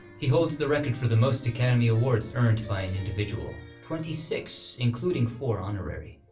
he holds the record for the most academy awards earned by an individual twenty six, including four honorary.